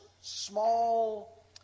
small